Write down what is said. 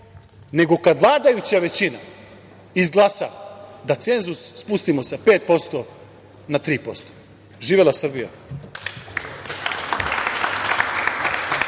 nego kada vladajuća većina izglasa da cenzus spustimo sa 5% na 3%. Živela Srbija.